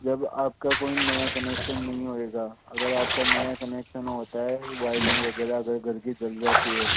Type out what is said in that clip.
जब आपका कोई नया कनेक्शन नहीं होगा अगर आपका नया कनेक्शन होता है वायरिंग वगैरह अगर घर की जल जाती है